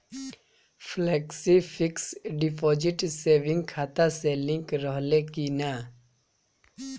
Flexi fix deposit saving खाता से link रहले कि ना?